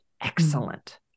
excellent